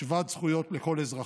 שוות זכויות לכל אזרחיה.